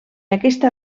aquesta